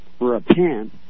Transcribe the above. Repent